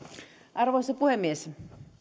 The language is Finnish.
arvoisa puhemies